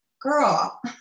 Girl